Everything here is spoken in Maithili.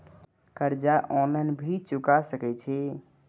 कर्जा ऑनलाइन भी चुका सके छी?